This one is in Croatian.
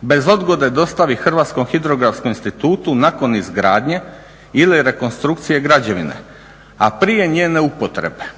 bez odgode dostavi Hrvatskom hidrografskom institutu nakon izgradnje ili rekonstrukcije građevine, a prije njene upotrebe.